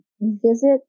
visit